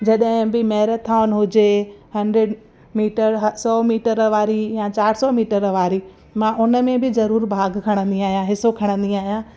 जॾहिं बि मैरथॉन हुजे हंड्रेड मीटर ह सौ मीटर वारी या चारि सौ मीटर वारी मां उनमें बि ज़रूर भाग खणंदी आहियां हिस्सो खणंदी आहियां